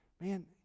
man